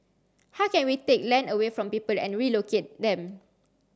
how can we take land away from people and relocate them